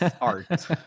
art